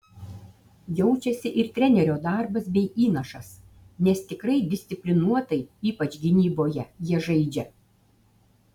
jaučiasi ir trenerio darbas bei įnašas nes tikrai disciplinuotai ypač gynyboje jie žaidžia